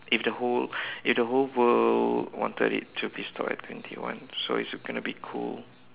if the whole if the whole world wanted it to be stop at twenty one so is it gonna be cool